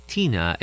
Tina